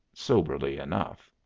soberly enough.